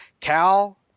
Cal